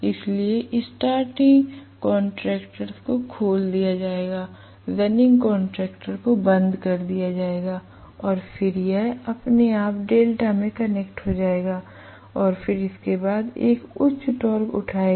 इसलिए starting contactors को खोल दिया जाएगा रनिंग कॉन्टैक्टर्स को बंद कर दिया जाएगा और फिर यह अपने आप डेल्टा में कनेक्ट हो जाएगा और फिर इसके बाद एक उच्च टॉर्क उठाएगा